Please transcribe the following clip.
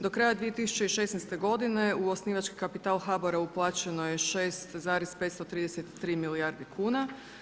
Do kraja 2016. godine u osnivački kapital HBOR-a uplaćeno je 6,533 milijardi kuna.